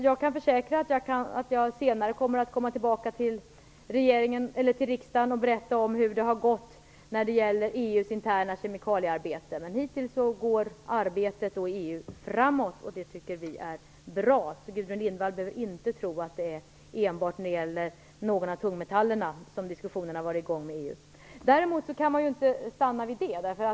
Jag kan försäkra att jag senare kommer att återkomma till riksdagen och berätta om hur det har gått när det gäller EU:s interna kemikaliearbete. Hittills går arbetet i EU framåt, och det tycker vi är bra. Gudrun Lindvall behöver inte tro att det är enbart när det gäller någon av tungmetallerna som diskussionen har varit i gång med EU. Däremot kan man inte stanna vid det.